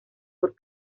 por